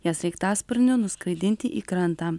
jie sraigtasparniu nuskraidinti į krantą